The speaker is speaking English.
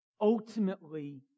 ultimately